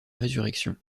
résurrection